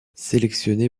sélectionné